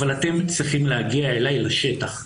אבל אתם צריכים להגיע אליי לשטח,